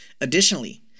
Additionally